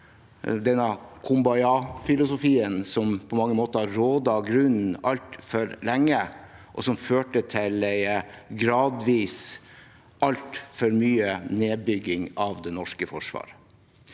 denne «kumbaya-filosofien» som på man ge måter rådet grunnen alt for lenge, og som gradvis førte til altfor mye nedbygging av det norske Forsvaret.